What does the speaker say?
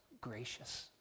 gracious